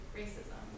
racism